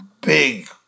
big